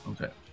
okay